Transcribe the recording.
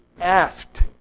asked